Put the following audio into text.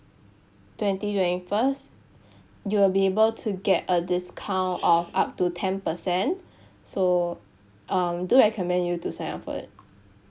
twenty twenty first you will be able to get a discount of up to ten percent so um do recommend you to sign up for it